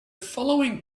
following